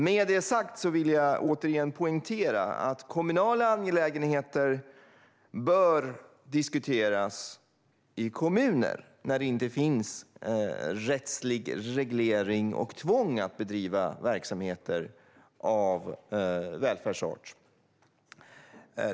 Med detta sagt vill jag återigen poängtera att kommunala angelägenheter bör diskuteras i kommuner när det inte finns rättslig reglering och tvång att bedriva verksamheter av välfärdsart.